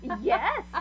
Yes